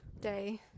day